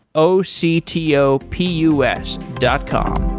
o c t o p u s dot com